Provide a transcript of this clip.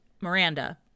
Miranda